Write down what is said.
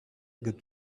good